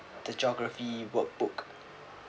the geography workbook